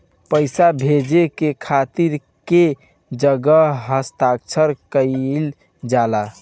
पैसा भेजे के खातिर कै जगह हस्ताक्षर कैइल जाला?